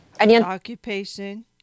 Occupation